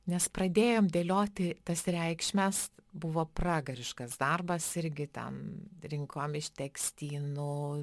nes pradėjom dėlioti tas reikšmes buvo pragariškas darbas irgi ten rinkom iš tekstynų